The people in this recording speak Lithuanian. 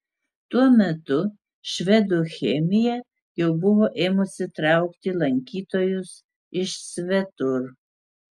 tuo metu švedų chemija jau buvo ėmusi traukti lankytojus iš svetur